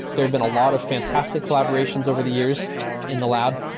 there have been a lot of fantastic collaborations over the years in the lab.